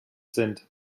sind